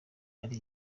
ari